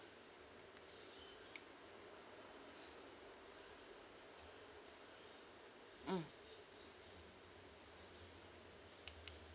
mm